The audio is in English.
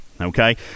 okay